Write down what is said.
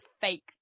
fake